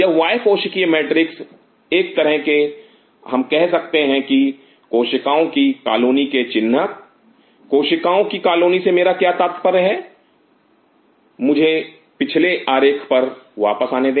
यह बाह्य कोशिकीय मैट्रिक्स एक तरह के हम यह कह सकते हैं कोशिकाओं की कॉलोनी के चिन्हक कोशिकाओं की कॉलोनी से मेरा क्या तात्पर्य है या मुझे पिछले आरेख पर वापस आने दे